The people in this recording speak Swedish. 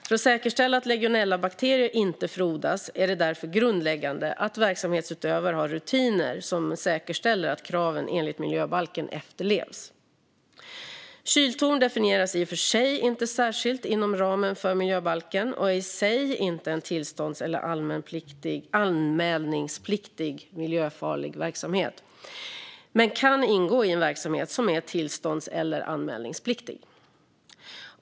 För att säkerställa att legionellabakterier inte frodas är det därför grundläggande att verksamhetsutövare har rutiner som säkerställer att kraven enligt miljöbalken efterlevs. Kyltorn definieras i och för sig inte särskilt inom ramen för miljöbalken och är i sig inte en tillstånds eller anmälningspliktig miljöfarlig verksamhet, men de kan ingå i en verksamhet som är tillstånds eller anmälningspliktig.